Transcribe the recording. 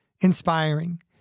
inspiring